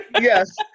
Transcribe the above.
Yes